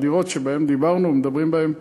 הדירות שבהן דיברנו ומדברים בהן,